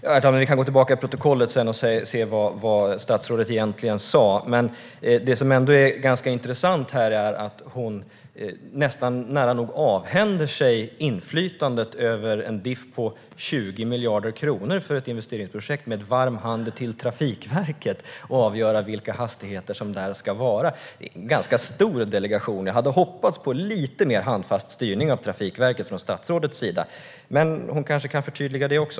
Herr talman! Vi kan gå tillbaka till protokollet och se vad statsrådet egentligen sa. Det som ändå är intressant här är att hon med varm hand nära nog avhänder sig inflytandet över en differens på 20 miljarder kronor för ett investeringsprojekt till Trafikverket för att avgöra hastigheterna. Det är en stor delegation. Jag hade hoppats på lite mer handfast styrning av Trafikverket från statsrådets sida, men hon kanske kan förtydliga det också.